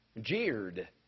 jeered